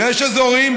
יש אזורים,